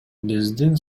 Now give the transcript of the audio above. биздин